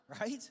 Right